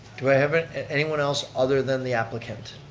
do i have anyone else other than the applicant?